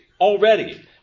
Already